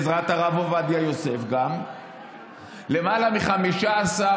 גם בעזרת הרב עובדיה יוסף, למעלה מ-15,000,